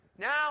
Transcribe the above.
Now